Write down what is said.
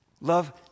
Love